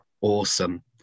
awesome